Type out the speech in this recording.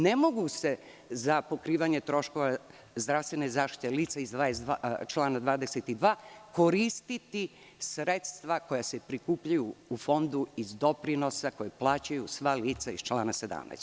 Ne mogu se za pokrivanje troškova zdravstvene zaštite lica iz člana 22. koristiti sredstva koja se prikupljaju u Fondu iz doprinosa koji plaćaju sva lica iz člana 17.